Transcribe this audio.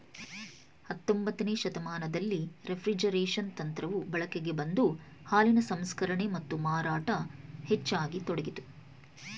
ಹತೊಂಬತ್ತನೇ ಶತಮಾನದಲ್ಲಿ ರೆಫ್ರಿಜರೇಷನ್ ತಂತ್ರವು ಬಳಕೆಗೆ ಬಂದು ಹಾಲಿನ ಸಂಸ್ಕರಣೆ ಮತ್ತು ಮಾರಾಟ ಹೆಚ್ಚಾಗತೊಡಗಿತು